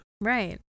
Right